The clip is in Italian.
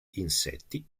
insetti